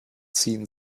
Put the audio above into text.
ziehen